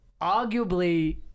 arguably